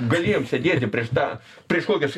galėjom sėdėti prieš tą prieš kokius